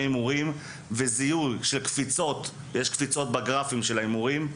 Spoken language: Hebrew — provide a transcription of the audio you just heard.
הימורים וזיהוי קפיצות בגרפים של ההימורים שישנן,